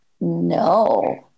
No